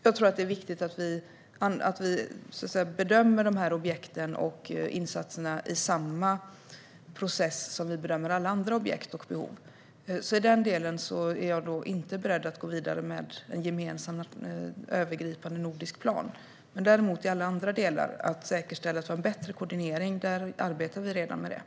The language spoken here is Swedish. Jag tror att det är viktigt att vi så att säga bedömer dessa objekt och insatser i samma process som vi bedömer alla andra objekt och behov. I den delen är jag inte beredd att gå vidare med en gemensam och övergripande nordisk plan. Däremot arbetar vi redan med det i alla andra delar - att säkerställa att vi har en bättre koordinering.